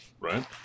right